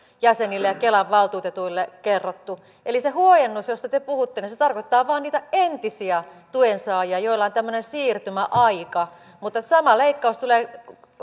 jäsenille ja kelan valtuutetuille kerrottu eli se huojennus josta te puhutte tarkoittaa vain niitä entisiä tuensaajia joilla on tämmöinen siirtymäaika mutta sama leikkaus tulee